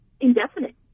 indefinite